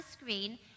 screen